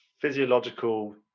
physiological